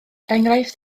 enghraifft